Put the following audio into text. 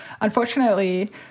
unfortunately